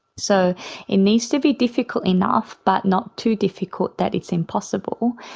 so it needs to be difficult enough but not too difficult that it's impossible.